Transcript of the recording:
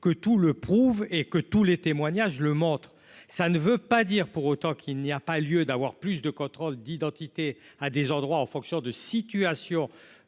que tout le prouve et que tous les témoignages le montre, ça ne veut pas dire pour autant qu'il n'y a pas lieu d'avoir plus de contrôles d'identité à des endroits en fonction de situations